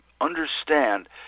understand